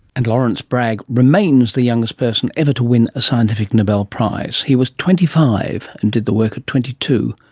and lawrence bragg remains the youngest person ever to win a scientific nobel prize. he was twenty five and did the word at twenty two!